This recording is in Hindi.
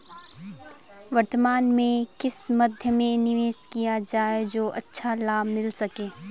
वर्तमान में किस मध्य में निवेश किया जाए जो अच्छा लाभ मिल सके?